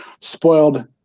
spoiled